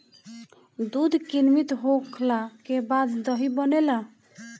दूध किण्वित होखला के बाद दही बनेला